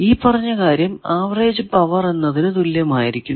ഈ പറഞ്ഞ കാര്യം ആവറേജ് പവർ എന്നതിന് തുല്യമായിരിക്കും